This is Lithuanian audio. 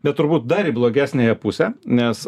bet turbūt dar į blogesniąją pusę nes